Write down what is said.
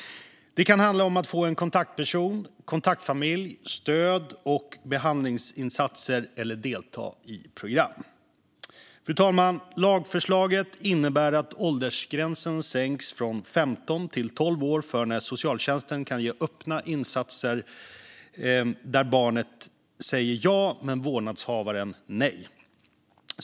Det kan handla om att få en kontaktperson, en kontaktfamilj eller stöd och behandlingsinsatser eller om att delta i program. Lagförslaget innebär att åldersgränsen sänks från 15 till 12 år för när socialtjänsten kan ge öppna insatser där barnet säger ja men vårdnadshavaren nej.